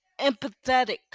empathetic